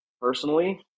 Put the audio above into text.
personally